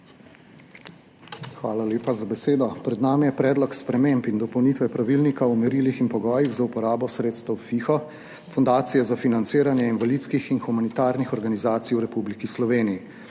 Hvala lepa za besedo. Pred nami je predlog sprememb in dopolnitve Pravilnika o merilih in pogojih za uporabo sredstev Fundacije za financiranje invalidskih in humanitarnih organizacij v Republiki Sloveniji,